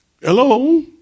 Hello